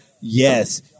yes